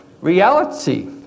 reality